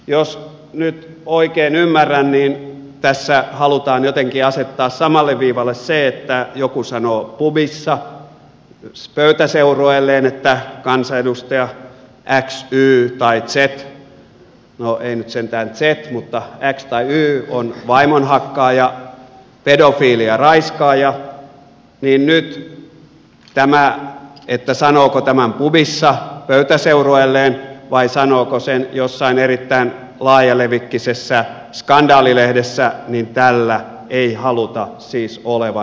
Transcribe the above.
jos nyt oikein ymmärrän niin tässä halutaan jotenkin asettaa samalle viivalle se että joku sanoo pubissa pöytäseurueelleen että kansanedustaja x y tai z no ei nyt sentään z mutta x tai y on vaimonhakkaaja pedofiili ja raiskaaja niin nyt tällä että sanooko tämän pubissa pöytäseurueelleen vai sanooko sen jossain erittäin laajalevikkisessä skandaalilehdessä ei haluta siis olevan eroa